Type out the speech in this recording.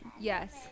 Yes